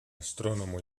astrónomo